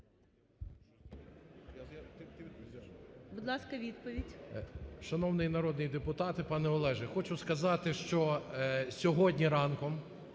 Будь ласка, відповідь.